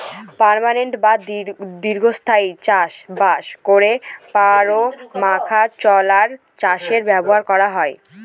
permanent বা দীর্ঘস্থায়ী চাষ বাস করে পারমাকালচার চাষের ব্যবস্থা করা হয়